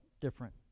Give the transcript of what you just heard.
different